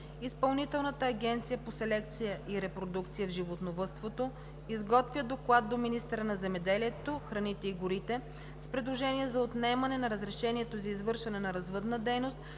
Изпълнителната агенция по селекция и репродукция в животновъдството изготвя доклад до министъра на земеделието, храните и горите с предложение за отнемане на разрешението за извършване на развъдна дейност,